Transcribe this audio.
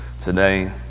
today